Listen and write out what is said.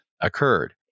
occurred